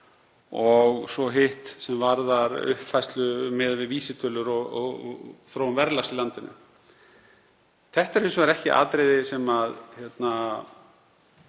og svo hitt sem varðar uppfærslu miðað við vísitölur og þróun verðlags í landinu. Þetta eru hins vegar ekki atriði sem ná